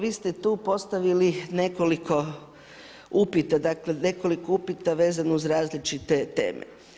Vi ste tu postavili nekoliko upita, dakle nekoliko upita vezano uz različite teme.